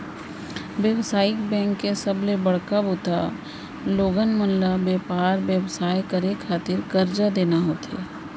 बेवसायिक बेंक के सबले बड़का बूता लोगन मन ल बेपार बेवसाय करे खातिर करजा देना होथे